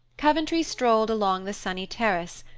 coventry strolled along the sunny terrace,